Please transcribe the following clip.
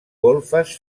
golfes